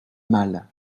mal